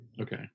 Okay